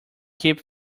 keep